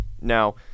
Now